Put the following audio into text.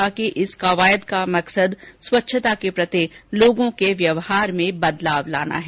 उन्होंने कहा कि इस कवायद का मकसद स्वच्छता के प्रति लोगों के व्यवहार में बदलाव लाना है